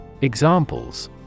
Examples